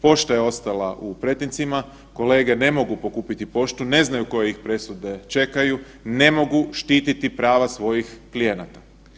Pošta je ostala u pretincima, kolege ne mogu pokupiti poštu, ne znaju koje ih presude čekaju, ne mogu štititi prava svojih klijenata.